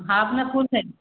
half ନା full plate